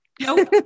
nope